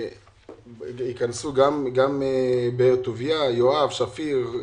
ייכנסו גם באר-טוביה, יואב, שפיר.